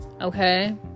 Okay